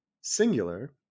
singular